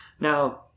Now